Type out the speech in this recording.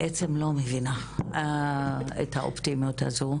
בעצם לא מבינה את האופטימיות הזו,